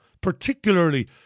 particularly